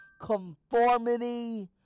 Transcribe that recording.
conformity